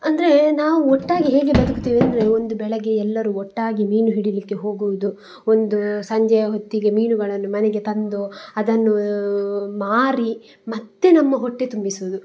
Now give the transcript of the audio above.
ಅಂದರೆ ನಾವು ಒಟ್ಟಾಗಿ ಹೇಗೆ ಬದುಕ್ತೀವಂದರೆ ಒಂದು ಬೆಳಗ್ಗೆ ಎಲ್ಲರು ಒಟ್ಟಾಗಿ ಮೀನು ಹಿಡೀಲಿಕ್ಕೆ ಹೋಗುವುದು ಒಂದು ಸಂಜೆಯ ಹೊತ್ತಿಗೆ ಮೀನುಗಳನ್ನು ಮನೆಗೆ ತಂದು ಅದನ್ನು ಮಾರಿ ಮತ್ತು ನಮ್ಮ ಹೊಟ್ಟೆ ತುಂಬಿಸೋದು